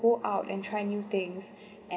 go out and try new things